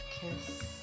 kiss